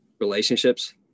relationships